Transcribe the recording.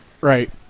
Right